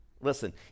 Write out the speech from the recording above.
Listen